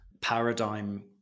paradigm